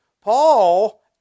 Paul